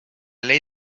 ley